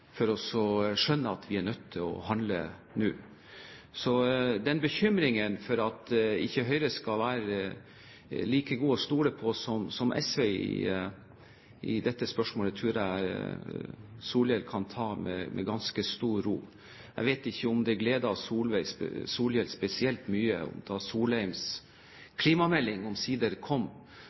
for å skjønne at vi er nødt til å handle nå. Når det gjelder bekymringen for at Høyre ikke skal være like mye til å stole på som SV i dette spørsmålet, tror jeg Solhjell kan ta det med ganske stor ro. Jeg vet ikke om det gleder Solhjell spesielt mye, men da Solheims klimamelding omsider kom,